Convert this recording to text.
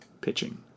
pitching